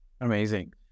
Amazing